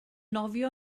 nofio